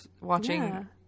watching